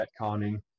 retconning